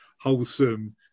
wholesome